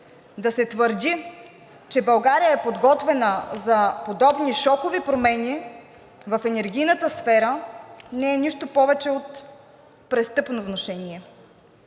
Да се твърди, че България е подготвена за подобни шокови промени в енергийната сфера, не е нищо повече от престъпно внушение.